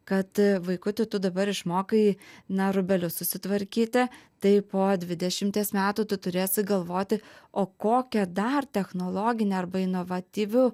kad vaikuti tu dabar išmokai na rūbelius susitvarkyti tai po dvidešimties metų tu turėsi galvoti o kokią dar technologinę arba inovatyviu